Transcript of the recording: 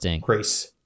grace